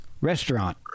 restaurant